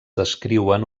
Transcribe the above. descriuen